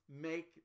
make